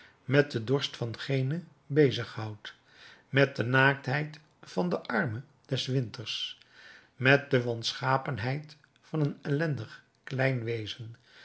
met den dorst van genen bezighoudt met de naaktheid van den arme des winters met de wanschapenheid van een ellendig klein wezen